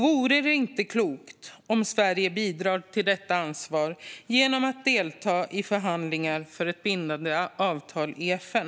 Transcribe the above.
Vore det inte klokt om Sverige bidrar till detta ansvar genom att delta i förhandlingar om ett bindande avtal i FN?